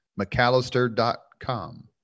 McAllister.com